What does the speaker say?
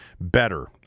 better